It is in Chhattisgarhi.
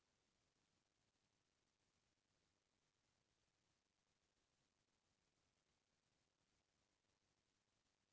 जम्मो परवार सब्बो जिनिस ल घर म बने गूड़ के चीला अउ दूधभात ल चघाके एखर पूजा करथे